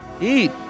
Eat